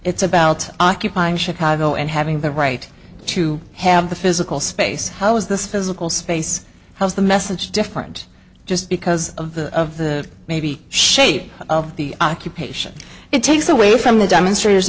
it's about occupying chicago and having the right to have the physical space how is this physical space how is the message different just because of the maybe shape of the occupation it takes away from the demonstrators